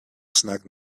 snagged